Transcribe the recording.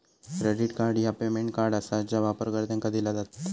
credit card ह्या payment card आसा जा वापरकर्त्यांका दिला जात